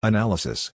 Analysis